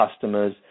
customers